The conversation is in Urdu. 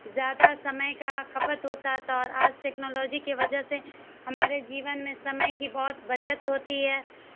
زیادہ سمے کا کھپت ہوتا تھا اور آج ٹیکنالوجی کی وجہ سے ہمارے جیون میں سمے کی بہت بچت ہوتی ہے